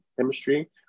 chemistry